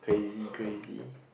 crazy crazy